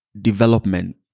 development